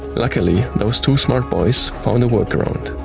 luckily, those two smart boys found a workaround.